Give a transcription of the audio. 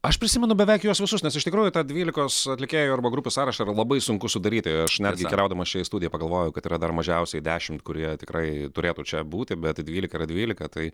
aš prisimenu beveik juos visus nes iš tikrųjų tą dvylikos atlikėjų arba grupių sąrašą yra labai sunku sudaryti aš netgi keliaudamas čia į studiją pagalvojau kad yra dar mažiausiai dešimt kurie tikrai turėtų čia būti bet dvylika yra dvylika tai